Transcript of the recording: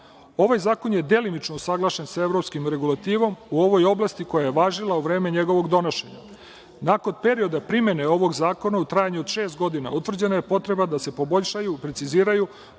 zakon je delimično usaglašen sa evropskom regulativom o ovoj oblasti koja je važila za vreme njegovog donošenja. Nakon perioda primene ovog zakona u trajanju od šest godina utvrđena je potreba da se poboljšaju, preciziraju